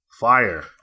Fire